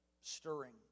stirring